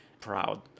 proud